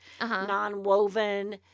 non-woven